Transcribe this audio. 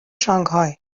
شانگهای